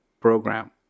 program